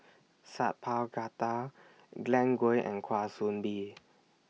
Sat Pal Khattar Glen Goei and Kwa Soon Bee